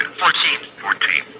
fourteen,